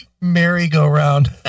Merry-Go-Round